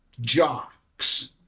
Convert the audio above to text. jocks